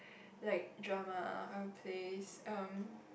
like drama or plays um